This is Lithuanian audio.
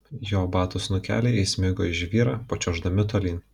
jo batų snukeliai įsmigo į žvyrą pačiuoždami tolyn